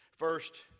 First